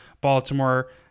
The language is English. Baltimore